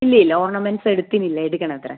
ഇല്ല ഇല്ല ഓർണമെൻ്റ്സ് എടുത്തിനില്ല എടുക്കണത്ര